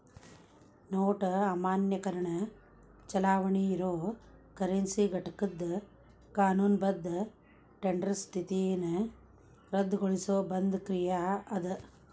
note ಅಮಾನ್ಯೇಕರಣ ಚಲಾವಣಿ ಇರೊ ಕರೆನ್ಸಿ ಘಟಕದ್ ಕಾನೂನುಬದ್ಧ ಟೆಂಡರ್ ಸ್ಥಿತಿನ ರದ್ದುಗೊಳಿಸೊ ಒಂದ್ ಕ್ರಿಯಾ ಅದ